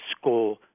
school